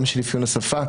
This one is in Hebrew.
גם של אפיון השפה,